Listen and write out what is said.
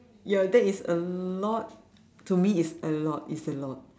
ya that is a lot to me it's a lot it's a lot